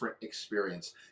experience